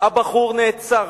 הבחור נעצר.